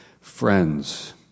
friends